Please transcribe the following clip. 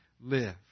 live